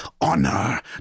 honor